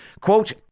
Quote